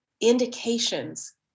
indications